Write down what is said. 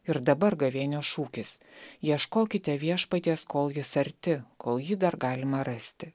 ir dabar gavėnios šūkis ieškokite viešpaties kol jis arti kol jį dar galima rasti